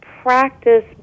practice